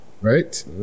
Right